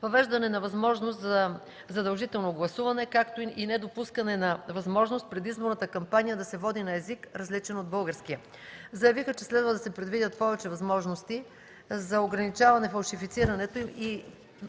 въвеждане на възможност за задължително гласуване, както и недопускане на възможност предизборната кампания да се води на език, различен от българския. Заявиха, че следва да се предвидят повече възможности за ограничаване фалшифицирането и